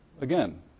again